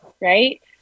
Right